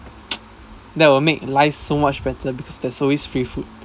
that will make life so much better because there's always free food